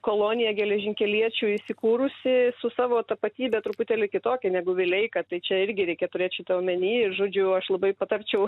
kolonija geležinkeliečių įsikūrusi su savo tapatybe truputėlį kitokia negu vileika tai čia irgi reikia turėt šitą omeny ir žodžiu aš labai patarčiau